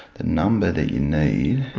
the number that you need,